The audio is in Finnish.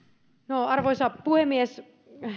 arvoisa puhemies